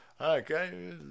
Okay